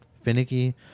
finicky